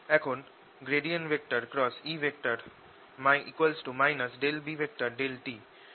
এখন E B∂t সমীকরণ টাকে দেখা যাক